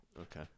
Okay